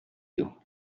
you